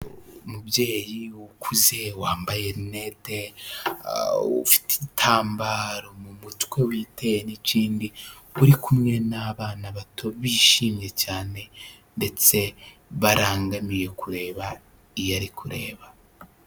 Umubyeyi ukuze wambaye rinete ufite igitambaro mu mutwe witeye n'ikindi uri kumwe n'abana bato bishimye cyane ndetse barangamiye kureba iyo ari kureba.